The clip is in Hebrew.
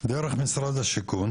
דרך משרד השיכון